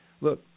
Look